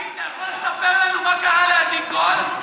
לפיד, אתה יכול לספר לנו מה קרה לעדי קול?